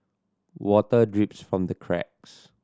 water drips from the cracks